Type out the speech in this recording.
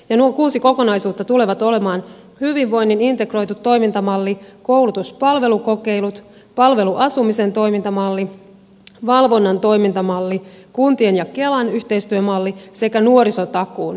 nuo kuusi kokonaisuutta tulevat olemaan hyvinvoinnin integroitu toimintamalli koulutuspalvelukokeilut palveluasumisen toimintamalli valvonnan toimintamalli kuntien ja kelan yhteistyömalli sekä nuorisotakuun toimintamalli